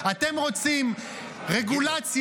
הדברים האמיתיים